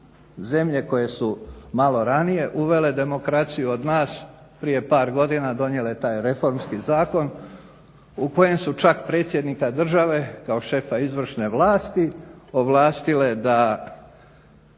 zemlje koje su malo ranije uvele demokraciju od nas prije par godina donijele taj reformski zakon u kojem su čak predsjednika države kao šefa izvršne vlasti ovlastile da